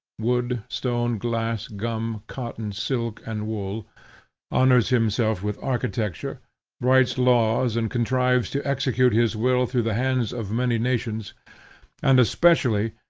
wood, stone, glass, gum, cotton, silk, and wool honors himself with architecture writes laws, and contrives to execute his will through the hands of many nations and, especially,